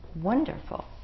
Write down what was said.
wonderful